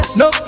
no